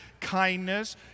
kindness